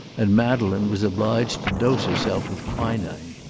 and madeleine was obliged to dose herself with quinine.